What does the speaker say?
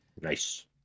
Nice